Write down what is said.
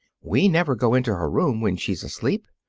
we never go into her room when she's asleep.